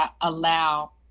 allow